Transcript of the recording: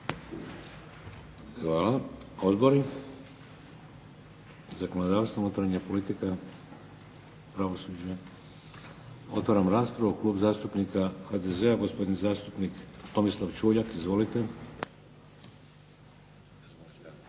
Hvala. Odbori? Zakonodavstvo, unutarnja politika, pravosuđe. Otvaram raspravu. Klub zastupnika HDZ-a gospodin zastupnik Tomislav Čuljak. Izvolite.